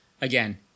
Again